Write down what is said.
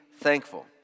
thankful